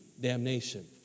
damnation